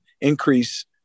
increase